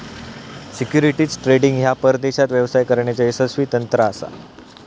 securities trading ह्या परदेशात व्यवसाय करण्याचा यशस्वी तंत्र असा